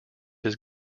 his